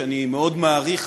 שאני מאוד מעריך